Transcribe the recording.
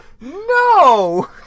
No